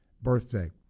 birthday